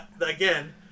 again